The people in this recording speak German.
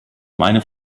meine